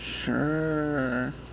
sure